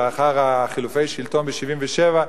לאחר חילופי השלטון ב-77?